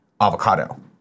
avocado